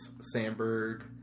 Sandberg